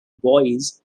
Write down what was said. boise